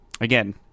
again